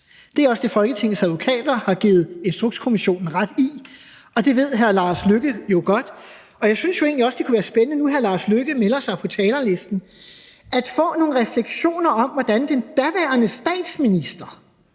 Det er også det, Folketingets advokater har givet Instrukskommissionen ret i. Og det ved hr. Lars Løkke Rasmussen jo godt. Jeg synes jo egentlig også, det kunne være spændende nu, hr. Lars Løkke Rasmussen melder sig på talerlisten, at få nogle refleksioner over, hvorvidt den daværende statsminister,